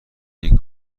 این